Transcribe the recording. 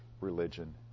religion